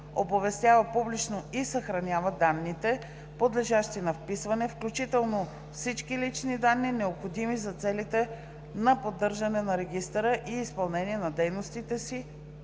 оповестява публично и съхранява данните, подлежащи на вписване, включително всички лични данни, необходими за целите на поддържане на регистъра и изпълнение на дейностите си